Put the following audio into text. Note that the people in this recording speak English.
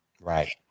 Right